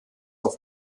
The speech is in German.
auf